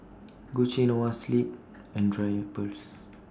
Gucci Noa Sleep and Drypers